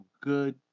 good